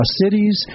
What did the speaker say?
cities